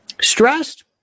Stressed